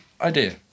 idea